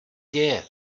děje